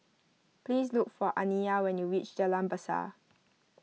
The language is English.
please look for Aniya when you reach Jalan Besar